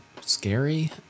scary